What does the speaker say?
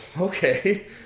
okay